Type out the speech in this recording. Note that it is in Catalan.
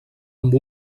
amb